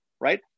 right